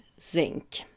zinc